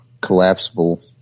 collapsible